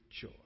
joy